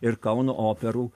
ir kauno operų